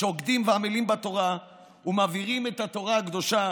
שוקדים ועמלים בתורה ומעבירים את התורה הקדושה